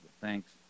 thanks